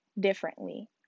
differently